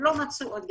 לא מצאו עוד גז,